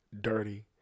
dirty